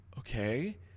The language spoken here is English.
Okay